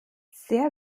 sehr